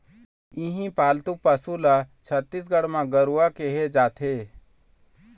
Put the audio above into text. इहीं पालतू पशु ल छत्तीसगढ़ म गरूवा केहे जाथे